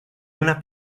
unas